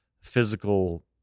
physical